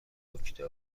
اکتبر